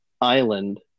island